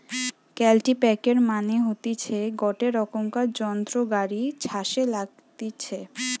কাল্টিপ্যাকের মানে হতিছে গটে রোকমকার যন্ত্র গাড়ি ছাসে লাগতিছে